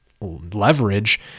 leverage